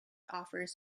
offers